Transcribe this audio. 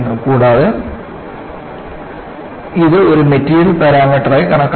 കൂടാതെ ഇത് ഒരു മെറ്റീരിയൽ പാരാമീറ്ററായി കണക്കാക്കുന്നു